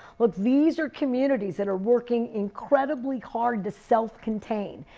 like these are communities that are working incredibly hard to sell contain.